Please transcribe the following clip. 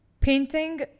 painting